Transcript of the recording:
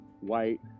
white